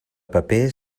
paper